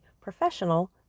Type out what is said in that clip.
professional